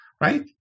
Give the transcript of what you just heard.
right